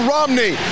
Romney